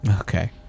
Okay